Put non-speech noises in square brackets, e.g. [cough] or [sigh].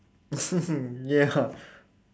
[laughs] ya